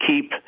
keep